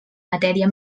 matèria